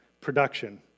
Production